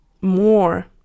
more